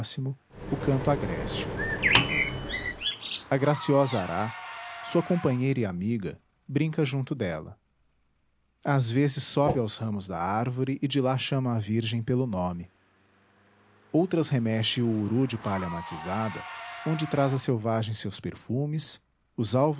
próximo o canto agreste a graciosa ará sua companheira e amiga brinca junto dela às vezes sobe aos ramos da árvore e de lá chama a virgem pelo nome outras remexe o uru de palha matizada onde traz a selvagem seus perfumes os